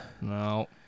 no